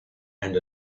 and